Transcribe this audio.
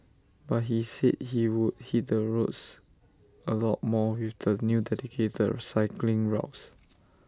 but he said he would hit the roads A lot more with the new dedicated cycling routes